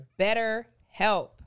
BetterHelp